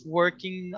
working